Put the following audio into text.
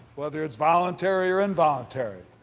whether it is voluntary or involuntary,